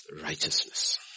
righteousness